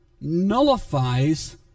nullifies